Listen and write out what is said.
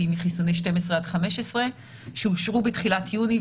מחיסוני 12 עד 15 שאושרו בתחילת יוני,